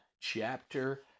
chapter